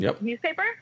newspaper